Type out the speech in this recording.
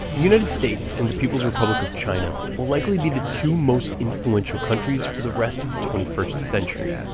united states and the people's republic of china will likely be the two most influential countries for the rest of the twenty first century.